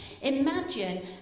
Imagine